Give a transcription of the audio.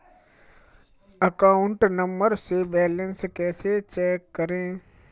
Account number से balance कैसे check करें?